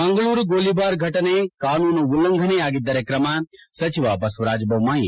ಮಂಗಳೂರು ಗೋಲಿಬಾರ್ ಘಟನೆ ಕಾನೂನು ಉಲ್ಲಂಘನೆಯಾಗಿದ್ದರೆ ತ್ರಮ ಸಚಿವ ಬಸವರಾಜ ಬೊಮ್ಮಾಯಿ